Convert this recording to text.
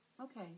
Okay